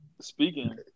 speaking